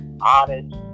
honest